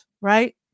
Right